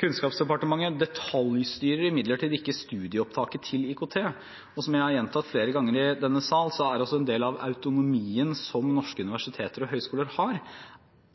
Kunnskapsdepartementet detaljstyrer imidlertid ikke studieopptaket til IKT, og som jeg har gjentatt flere ganger i denne salen, innebærer en del av autonomien som norske universiteter og høyskoler har,